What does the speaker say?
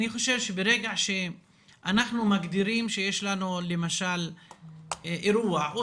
אני חושב שברגע שאנחנו מגדירים שיש לנו למשל אירוע או